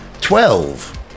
twelve